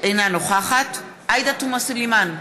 אינה נוכחת עאידה תומא סלימאן,